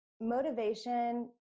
motivation